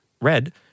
red